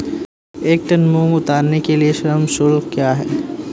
एक टन मूंग उतारने के लिए श्रम शुल्क क्या है?